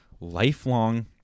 lifelong